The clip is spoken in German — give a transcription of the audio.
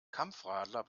kampfradler